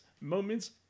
Moments